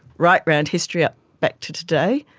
right around history, ah back to today,